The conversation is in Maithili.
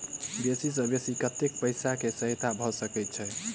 बेसी सऽ बेसी कतै पैसा केँ सहायता भऽ सकय छै?